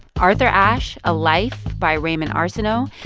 arthur ashe a life, by raymond arsenault.